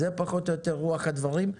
זה פחות או יותר רוח הדברים.